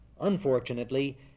Unfortunately